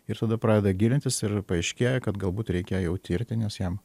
ir tada pradeda gilintis ir paaiškėja kad galbūt reikia jau tirti nes jam